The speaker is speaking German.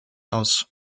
aus